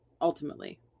ultimately